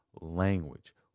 language